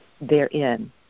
therein